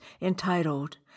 entitled